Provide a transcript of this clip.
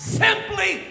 simply